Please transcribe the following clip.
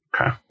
Okay